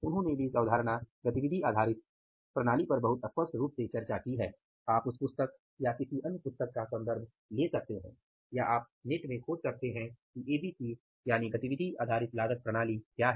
उन्होंने भी इस अवधारणा गतिविधि आधारित प्रणाली पर बहुत स्पष्ट रूप से चर्चा की है आप उस पुस्तक या किसी अन्य पुस्तक का सन्दर्भ ले सकते हैं या आप नेट में खोज सकते हैं कि एबीसी क्या है